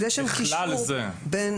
כדי להבהיר בכלל זה גם במוסדות